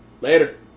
Later